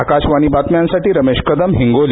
आकाशवाणी बातम्यांसाठी रमेश कदम हिंगोली